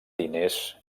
diners